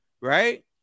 right